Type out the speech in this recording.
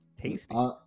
Tasty